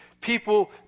People